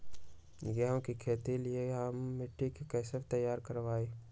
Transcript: गेंहू की खेती के लिए हम मिट्टी के कैसे तैयार करवाई?